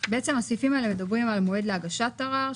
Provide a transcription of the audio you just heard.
בעצם הסעיפים האלה מדברים על מועד להגשת ערר,